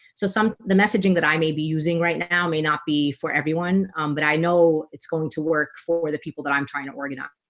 so some the messaging that i may be using right now may not be for everyone but i know it's going to work for were the people that i'm trying to organize,